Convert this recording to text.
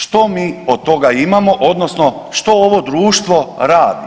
Što mi od toga imamo, odnosno, što ovo društvo radi?